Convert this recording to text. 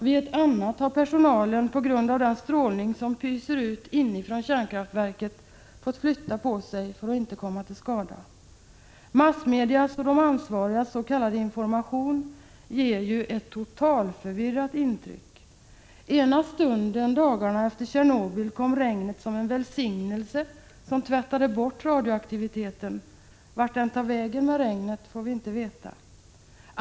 Vid ett annat har personalen på grund av den strålning som pyser ut inifrån kärnkraftverket fått flytta på sig för att inte komma till skada. Massmedias och de ansvarigas s.k. information ger ett totalförvirrat intryck. Ena stunden — dagarna efter Tjernobyl — kom regnet som en välsignelse som tvättade bort radioaktiviteten. Vart den tar vägen med regnet får vi inte veta.